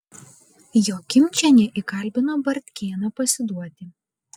jokimčienė įkalbino bartkėną pasiduoti